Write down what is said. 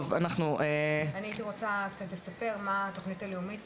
אני רוצה לספר מה התוכנית הלאומית